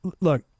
look